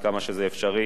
עד כמה שזה אפשרי.